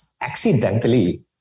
accidentally